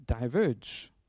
diverge